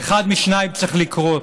ואחד משניים צריך לקרות: